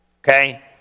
Okay